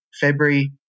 February